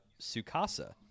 sukasa